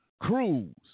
Cruz